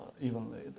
evenly